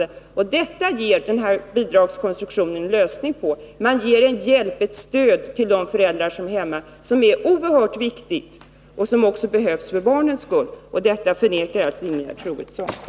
När det gäller dessa problem ger den här bidragskonstruktionen en lösning. Man ger de föräldrar som är hemma ett oerhört viktigt stöd som också behövs för barnens skull. Detta förnekar alltså Ingegerd Troedsson.